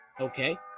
okay